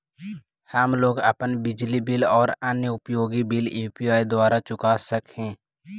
हम लोग अपन बिजली बिल और अन्य उपयोगि बिल यू.पी.आई द्वारा चुका सक ही